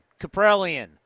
Caprellian